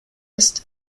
ist